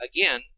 again